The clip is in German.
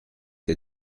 der